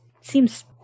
Seems